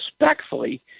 respectfully